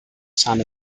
son